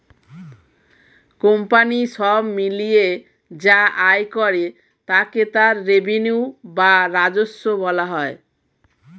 company সব মিলিয়ে যা আয় করে তাকে তার রেভিনিউ বা রাজস্ব বলা হয়